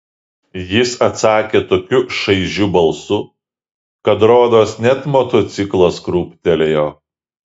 jis atsakė tokiu šaižiu balsu kad rodos net motociklas krūptelėjo